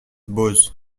boz